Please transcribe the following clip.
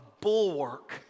bulwark